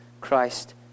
Christ